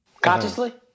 Consciously